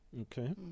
Okay